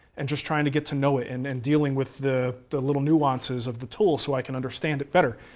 and just trying to get to know it and then and dealing with the the little nuances of the tool so i can understand it better.